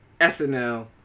SNL